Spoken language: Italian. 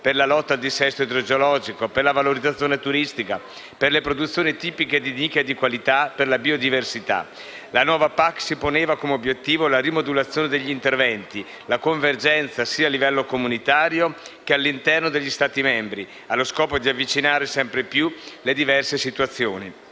per la lotta al dissesto idrogeologico, per la valorizzazione turistica, per le produzioni tipiche di nicchia e di qualità, per la biodiversità. La nuova PAC si poneva come obiettivo la rimodulazione degli interventi, la convergenza, sia a livello comunitario che all'interno degli Stati membri, allo scopo di avvicinare sempre più le diverse situazioni.